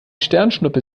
sternschnuppe